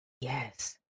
Yes